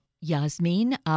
Yasmin